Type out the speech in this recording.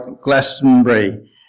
Glastonbury